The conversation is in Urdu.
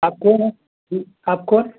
آپ کون ہیں جی آپ کون